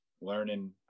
learning